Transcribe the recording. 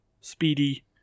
speedy